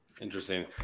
interesting